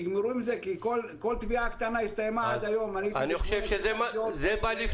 שיגמרו עם זה כי כל תביעה קטנה הסתיימה עד היום בסכום של